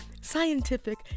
scientific